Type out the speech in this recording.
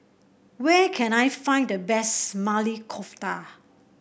where can I find the best Maili Kofta